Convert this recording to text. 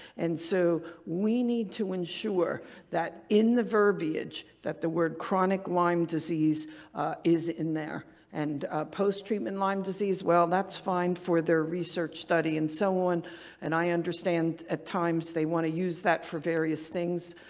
and so we need to ensure that in the verbiage that the word chronic lyme disease is in there and post-treatment lyme disease, well, that's fine for the research study and so on and i understand at times they want to use that for various things,